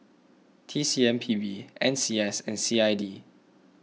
T C M P B N C S and C I D